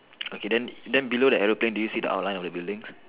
okay then then below the aeroplane do you see the outline of the buildings